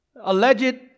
alleged